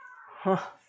!huh!